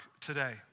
today